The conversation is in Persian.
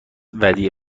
ودیعه